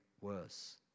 worse